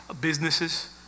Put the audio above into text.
businesses